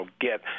get –